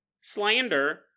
slander